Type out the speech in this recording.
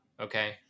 Okay